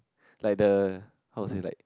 like the how to say like